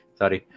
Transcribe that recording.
sorry